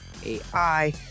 AI